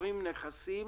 ששוכרים נכסים